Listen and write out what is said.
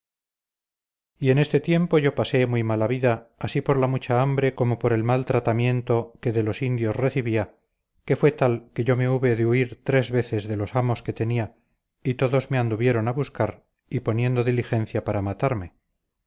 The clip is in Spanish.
y en este tiempo yo pasé muy mala vida así por la mucha hambre como por el mal tratamiento que de los indios recibía que fue tal que yo me hube de huir tres veces de los amos que tenía y todos me anduvieron a buscar y poniendo diligencia para matarme